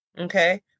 okay